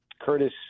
Curtis